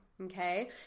okay